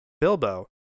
Bilbo